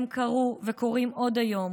הם קרו וקורים עד היום